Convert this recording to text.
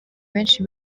benshi